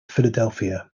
philadelphia